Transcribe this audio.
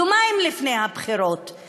יומיים לפני הבחירות.